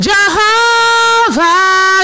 Jehovah